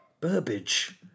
Burbage